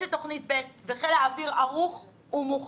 יש את תוכנית ב' וחיל האוויר ערוך ומוכן.